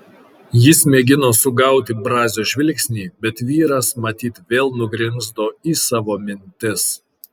jis mėgino sugauti brazio žvilgsnį bet vyras matyt vėl nugrimzdo į savo mintis